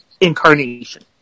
incarnation